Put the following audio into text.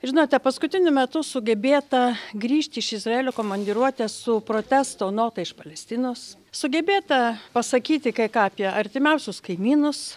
žinote paskutiniu metu sugebėta grįžti iš izraelio komandiruotės su protesto nota iš palestinos sugebėta pasakyti kai ką apie artimiausius kaimynus